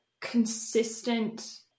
consistent